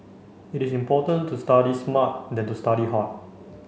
it is important to study smart than to study hard